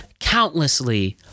countlessly